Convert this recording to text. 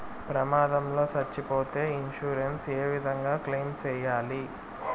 ప్రమాదం లో సచ్చిపోతే ఇన్సూరెన్సు ఏ విధంగా క్లెయిమ్ సేయాలి?